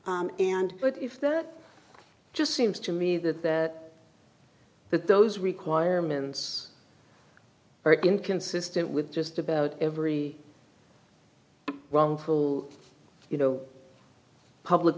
and what if that just seems to me that that that those requirements are inconsistent with just about every wrongful you know public